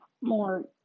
more